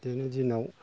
दिनैनि दिनाव